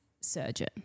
surgeon